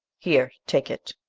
here take it.